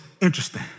interesting